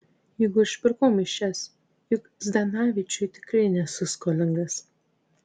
juk užpirkau mišias juk zdanavičiui tikrai nesu skolingas